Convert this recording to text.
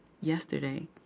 yesterday